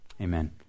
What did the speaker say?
Amen